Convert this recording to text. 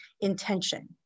intention